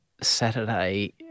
Saturday